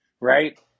Right